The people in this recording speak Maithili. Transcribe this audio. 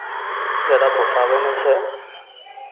जादा पोसाबै नहि छै